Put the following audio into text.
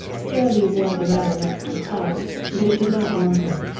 sara lee wore the letter next her heart, but it did not warm her.